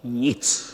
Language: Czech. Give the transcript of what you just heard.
Nic!